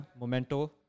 Memento